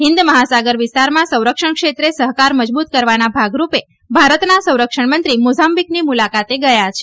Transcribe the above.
હિંદ મહાસાગર વિસ્તારમાં સંરક્ષણ ક્ષેત્રે સહકાર મજબૂત કરવાના ભાગરૂપે ભારતના સંરક્ષણમંત્રી મોઝાંબીકની મુલાકાતે ગયા છે